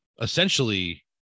essentially